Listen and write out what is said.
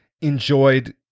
enjoyed